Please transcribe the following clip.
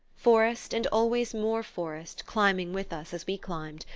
forest, and always more forest, climbing with us as we climbed,